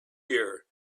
year